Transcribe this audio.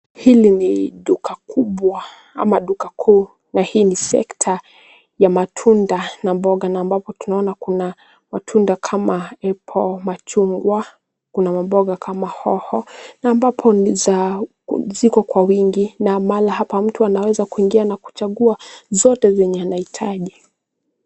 Hili ni duka kubwa ama duka kuu na hii ni sekta ya matunda na mboga na ambapo tunaona kuna matunda kama apple machungwa. Kuna mamboga kama hoho na ambapo ziko kwa wingi. Na mahala hapa mtu anaweza kuingia na kuchagua zote zenye anahitaji.